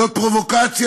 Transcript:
זו פרובוקציה,